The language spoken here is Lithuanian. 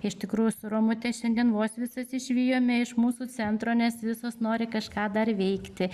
iš tikrųjų su romute šiandien vos visas išvijome iš mūsų centro nes visos nori kažką dar veikti